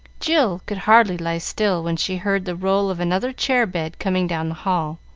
jill could hardly lie still when she heard the roll of another chair-bed coming down the hall,